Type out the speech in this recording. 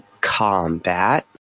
combat